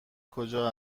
کجا